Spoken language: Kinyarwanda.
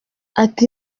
ati